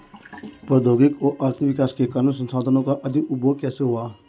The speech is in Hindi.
प्रौद्योगिक और आर्थिक विकास के कारण संसाधानों का अधिक उपभोग कैसे हुआ है?